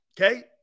Okay